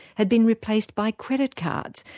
had been replaced by credit cards,